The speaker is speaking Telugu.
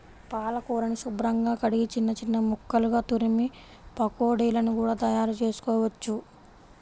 పాలకూరని శుభ్రంగా కడిగి చిన్న చిన్న ముక్కలుగా తురిమి పకోడీలను కూడా తయారుచేసుకోవచ్చు